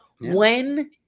when-